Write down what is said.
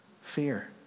Fear